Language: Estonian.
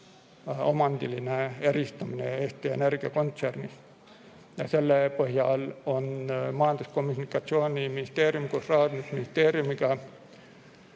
omandiline eristamine Eesti Energia kontsernist. Selle põhjal on Majandus- ja Kommunikatsiooniministeerium koos Rahandusministeeriumiga